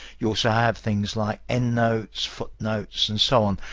you also have things like endnotes, footnotes, and so on.